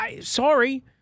Sorry